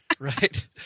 Right